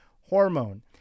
hormone